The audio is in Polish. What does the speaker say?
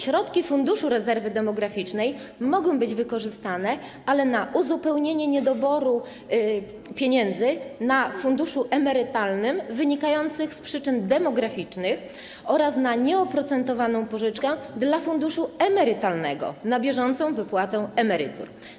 Środki Funduszu Rezerwy Demograficznej mogą być wykorzystane, ale na uzupełnienie niedoborów pieniędzy na funduszu emerytalnym wynikających z przyczyn demograficznych oraz na nieoprocentowaną pożyczkę dla funduszu emerytalnego na bieżącą wypłatę emerytur.